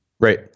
Right